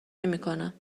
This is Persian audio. نمیکنم